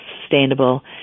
sustainable